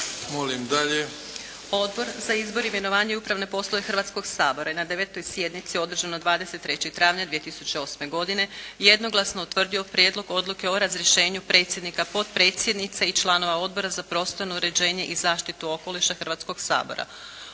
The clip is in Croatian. Odbor za izbor, imenovanja i upravne poslove Hrvatskog sabora je na 9. sjednici održanoj 23. travnja 2008. godine jednoglasno utvrdio Prijedlog odluke o izboru predsjednika, potpredsjednika i članova Odbora za obranu Hrvatskog sabora.